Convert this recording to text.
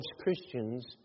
Christians